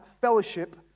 fellowship